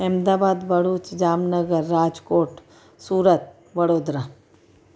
Ahmedabad Bharuch Jamnagar Rajkot Surat Vadodara